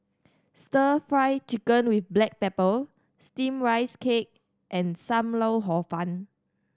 Stir Fry Chicken with black pepper Steamed Rice Cake and Sam Lau Hor Fun